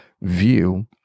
view